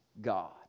God